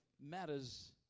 matters